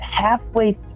halfway